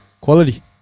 quality